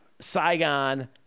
Saigon